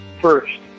First